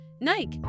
Nike